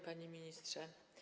Panie Ministrze!